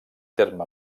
terme